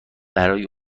برای